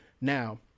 now